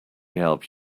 help